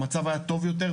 המצב היה טוב יותר,